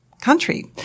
country